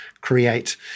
create